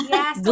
Yes